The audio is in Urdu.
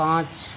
پانچ